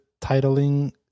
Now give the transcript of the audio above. titling